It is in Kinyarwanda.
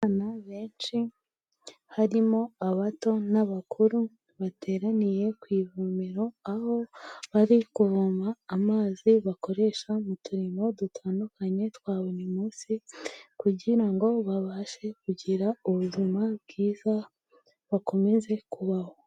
Abana benshi, harimo abato n'abakuru bateraniye ku ivomero, aho bari kuvoma amazi bakoresha mu turimo dutandukanye twa buri munsi, kugira ngo babashe kugira ubuzima bwiza, bakomeze kubaho.